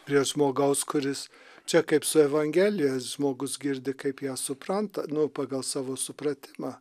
prie žmogaus kuris čia kaip su evangelija žmogus girdi kaip ją supranta nu pagal savo supratimą